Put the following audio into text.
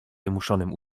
wymuszonym